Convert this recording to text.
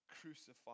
crucified